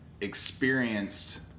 experienced